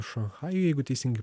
šanchajų jeigu teisingai